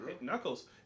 Knuckles